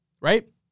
Right